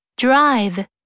Drive